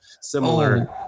similar